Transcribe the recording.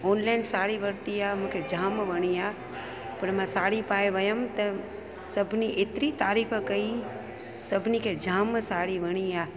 golden sari वरिती आहे मूंखे जाम वणी आहे पर मां साड़ी पाए वयमि त सभिनी एतिरी तारीफ़ कई सभिनी खे जाम साड़ी वणी आ्हे